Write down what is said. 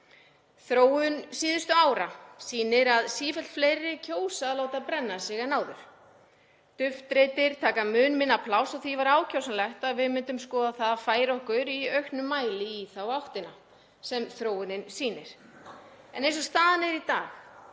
Þróun síðustu ára sýnir að sífellt fleiri kjósa að láta brenna sig en áður. Duftreitir taka mun minna pláss og því væri ákjósanlegt að við myndum skoða það að færa okkur í auknum mæli í þá átt sem þróunin sýnir. Eins og staðan er í dag